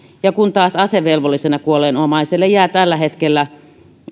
kun taas asevelvollisena kuolleen omaiselle jää tällä hetkellä